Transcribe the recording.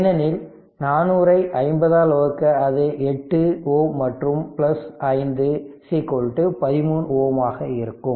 ஏனெனில் 400 ஐ 50 ஆல் வகுக்க அது 8 Ω மற்றும் 5 13 Ω ஆக இருக்கும்